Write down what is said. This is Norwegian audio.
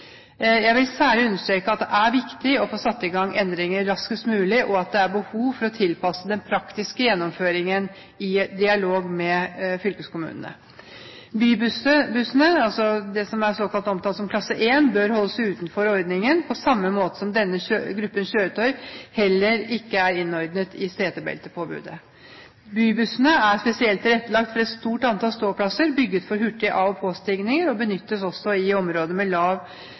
Jeg vil særlig understreke at det er viktig å få satt i gang endringer raskest mulig, og at det er behov for å tilpasse den praktiske gjennomføringen i dialog med fylkeskommunene. Bybussene – det som omtales om klasse 1 – bør holdes utenfor ordningen, på samme måten som denne gruppen kjøretøy heller ikke er innordnet i setebeltepåbudet. Bybussene er spesielt tilrettelagt for et stort antall ståplasser, bygd for hurtige av- og påstigninger og benyttes også i områder med